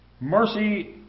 mercy